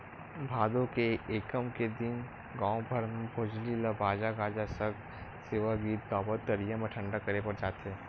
भादो के एकम के दिन गाँव भर म भोजली ल बाजा गाजा सग सेवा गीत गावत तरिया म ठंडा करे बर जाथे